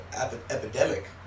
epidemic